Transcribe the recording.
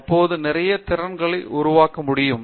அப்போது நிறைய திறன்களை உருவாக்க முடியும்